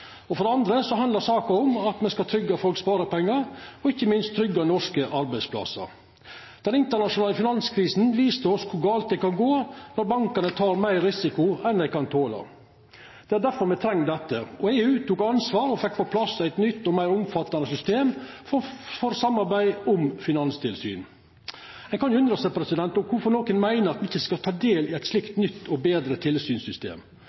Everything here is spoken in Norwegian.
Noreg. For det andre handlar saka om at me skal tryggja folk sine sparepengar og ikkje minst tryggja norske arbeidsplassar. Den internasjonale finanskrisa viste oss kor gale det kan gå når bankane tek meir risiko enn dei kan tola. Det er difor me treng dette, og EU tok ansvar og fekk på plass eit nytt og meir omfattande system for samarbeid om finanstilsyn. Ein kan undra seg på kvifor nokon meiner at me ikkje skal ta del i eit slikt nytt og betre tilsynssystem.